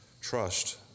trust